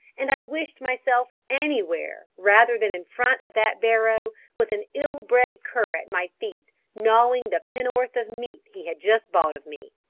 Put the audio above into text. and i wished myself anywhere rather than in front of that barrow with an ill-bred cur at my feet gnawing the penn'orth of meat he had just bought of me.